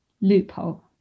loophole